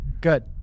good